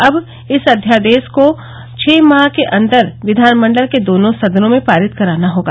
अब इस अध्यादेस को छः माह के अन्दर विधानमण्डल के दोनों सदनों में पारित कराना होगा